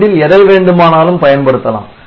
இரண்டில் எதை வேண்டுமானாலும் பயன்படுத்தலாம்